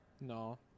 No